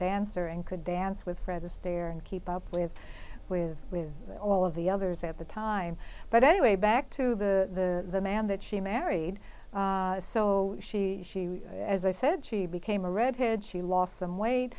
dancer and could dance with fred astaire and keep up with with with all of the others at the time but anyway back to the man that she married so she she as i said she became a redhead she lost some weight